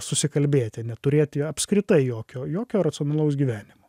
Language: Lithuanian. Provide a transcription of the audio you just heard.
susikalbėti ane turėti apskritai jokio jokio racionalaus gyvenimo